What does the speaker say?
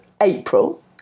April